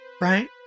right